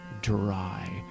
dry